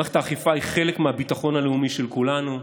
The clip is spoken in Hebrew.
מערכת האכיפה היא חלק מהביטחון הלאומי של כולנו.